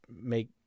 make